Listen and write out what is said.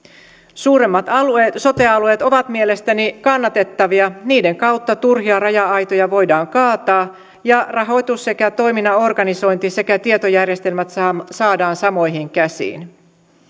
suuremmat sote alueet ovat mielestäni kannatettavia niiden kautta turhia raja aitoja voidaan kaataa ja rahoitus sekä toiminnan organisointi sekä tietojärjestelmät saadaan samoihin käsiin